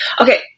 Okay